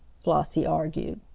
flossie argued.